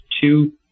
two